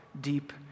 deep